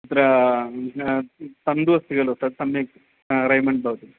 तत्र तन्तु अस्ति खलु तत् सम्यक् रेमण्ड भवति